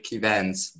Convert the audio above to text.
events